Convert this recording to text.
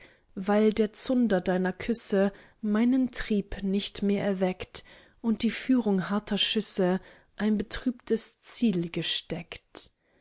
weil der zunder deiner küsse meinen trieb nicht mehr erweckt und die führung harter schlüsse ein betrübtes ziel gesteckt